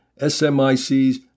SMIC's